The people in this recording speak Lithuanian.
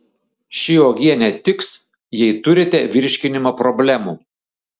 ši uogienė tiks jei turite virškinimo problemų